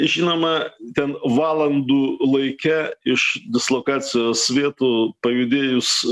žinoma ten valandų laike iš dislokacijos vietų pajudėjus